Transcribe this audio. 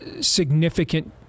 significant